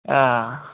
हां